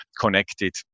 connected